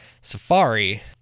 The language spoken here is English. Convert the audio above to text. safari